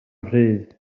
rhydd